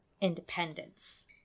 independence